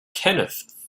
kenneth